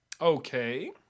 Okay